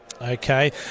Okay